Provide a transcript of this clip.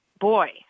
boy